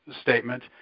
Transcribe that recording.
statement